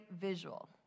visual